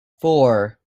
four